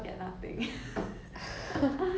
anyway ya it's a pretty cool lesson